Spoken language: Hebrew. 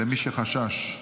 למי שחשש.